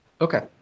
Okay